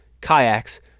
kayaks